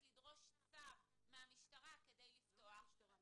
לדרוש צו מהמשטרה כדי לפתוח --- מבית משפט.